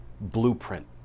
blueprint